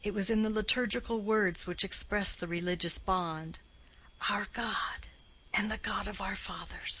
it was in the liturgical words which express the religious bond our god and the god of our fathers.